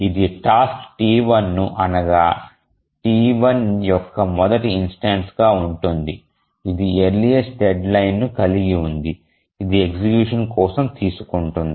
ఇది టాస్క్ T1ను అనగా టాస్క్ T1 యొక్క మొదటి ఇన్స్టెన్సుగా తీసుకుంటుంది ఇది ఎర్లీఎస్ట్ డెడ్లైన్ ను కలిగి ఉంది ఇది ఎగ్జిక్యూషన్ కోసం తీసుకుంటుంది